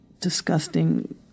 disgusting